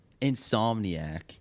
Insomniac